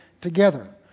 together